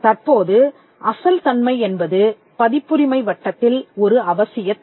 தற்போது அசல் தன்மை என்பது பதிப்புரிமை வட்டத்தில் ஒரு அவசிய தேவை